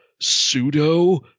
Pseudo